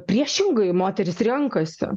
priešingai moterys renkasi